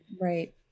Right